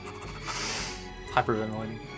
Hyperventilating